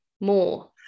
more